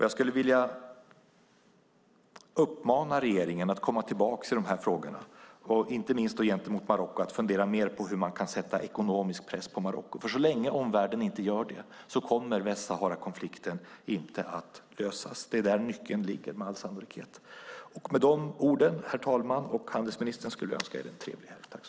Jag skulle vilja uppmana regeringen att komma tillbaka i de här frågorna och att fundera mer på hur man kan sätta ekonomisk press på Marocko. Så länge omvärlden inte gör det kommer Västsaharakonflikten inte att lösas. Det är med all sannolikhet där nyckeln ligger. Med de orden, herr talman och handelsministern, vill jag önska er en trevlig helg.